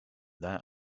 that